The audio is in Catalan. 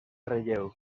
relleu